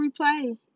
replay